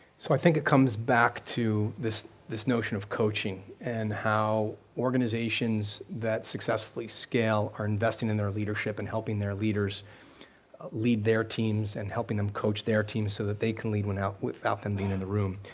so i think it comes back to this this notion of coaching and how organizations that successfully scale are investing in their leadership and helping their leaders lead their teams and helping them coach their teams so that they can lead without without them being in in the room.